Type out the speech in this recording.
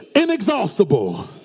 inexhaustible